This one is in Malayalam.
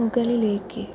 മുകളിലേക്ക്